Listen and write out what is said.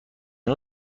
نوع